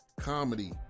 comedy